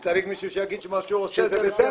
הוא צריך מישהו שיגיד שמה שהוא עושה זה בסדר.